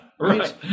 Right